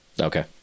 Okay